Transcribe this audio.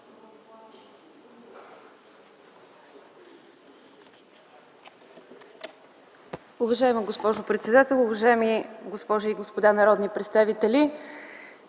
Уважаема госпожо председател, уважаеми госпожи и господа народни представители!